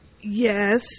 Yes